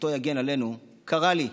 זכותו תגן עלינו, קרא לי.